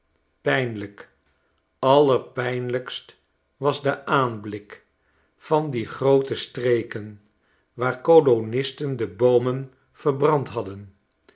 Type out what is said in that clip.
pijnlijk allerpijnlijkst was de aanblik van die groote streken waar kolonisten de boomen verbrand hadden